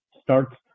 starts